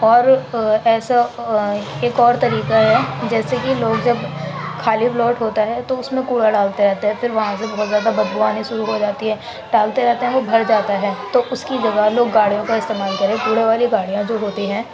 اور ایسا ایک اور طریقہ ہے جیسے کہ لوگ جب خالی پلاٹ ہوتا ہے تو اس میں کوڑا ڈالتے رہتے ہیں پھر وہاں سے بہت زیادہ بد بو آنی شروع ہو جاتی ہے ڈالتے رہتے ہیں وہ بھر جاتا ہے تو اس کی جگہ لوگ گاڑیوں کا استعمال کریں کوڑے والی گاڑیاں جو ہوتی ہیں